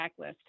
backlist